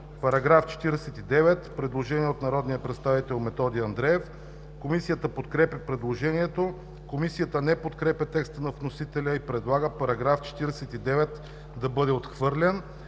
По § 56 има предложение от народния представител Методи Андреев. Комисията подкрепя предложението. Комисията не подкрепя текста на вносителя и предлага § 56 да бъде отхвърлен.